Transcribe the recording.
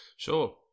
Sure